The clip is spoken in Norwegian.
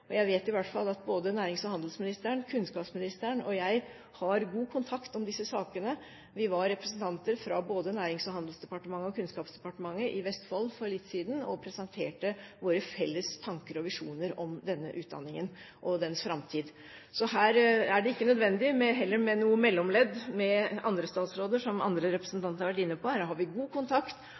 Jeg vet i hvert fall at nærings- og handelsministeren, kunnskapsministeren og jeg har god kontakt om disse sakene. Det var representanter både fra Nærings- og handelsdepartementet og Kunnskapsdepartementet i Vestfold for litt siden da vi presenterte våre felles tanker og visjoner om denne utdanningen og dens framtid. Så her er det ikke nødvendig med noe mellomledd med andre statsråder, som andre representanter har vært inne på, her har vi god kontakt.